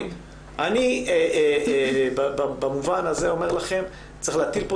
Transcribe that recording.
אני במובן הזה אומר לכם: צריך להטיל פה